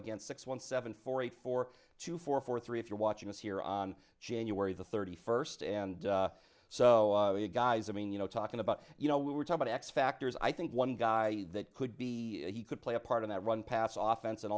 again six one seven four eight four two four four three if you're watching us here on january the thirty first and so you guys i mean you know talking about you know we were taught x factor's i think one guy that could be he could play a part of that run pass off fence and